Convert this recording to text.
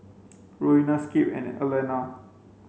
Roena Skip and Allena